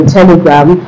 Telegram